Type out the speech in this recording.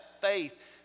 faith